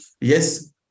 Yes